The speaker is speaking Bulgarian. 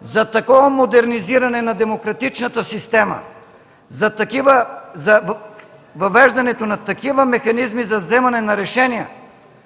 за такова модернизиране на демократическата система, за въвеждането на такива механизми за взимане на решения,